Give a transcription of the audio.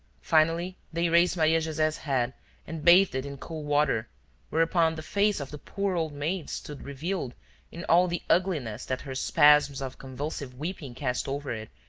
finally they raised maria-jose's head and bathed it in cool water whereupon the face of the poor old maid stood revealed in all the ugliness that her spasms of convulsive weeping cast over it,